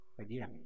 again